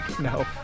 No